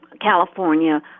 California